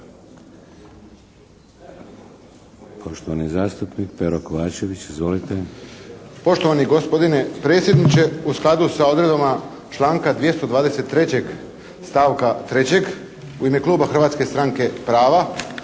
Poštovani zastupnik Pero Kovačević. Izvolite. **Kovačević, Pero (HSP)** Poštovani gospodine predsjedniče u skladu sa odredbama članka 223. stavka 3. u ime kluba Hrvatske stranke prava